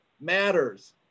matters